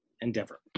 endeavor